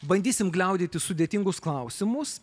bandysim gliaudyti sudėtingus klausimus